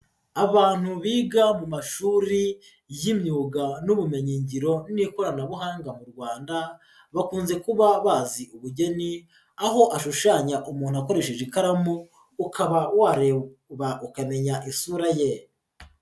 Abantu biga mu mashuri y'imyuga n'ubumenyingiro n'ikoranabuhanga mu Rwanda, bakunze kuba bazi ubugeni, aho ashushanya umuntu akoresheje ikaramu, ukaba wareba ukamenya isura ye.